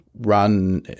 run